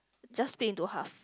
just split into half